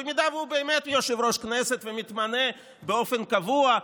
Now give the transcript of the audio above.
במידה שהוא באמת יושב-ראש כנסת ומתמנה באופן קבוע,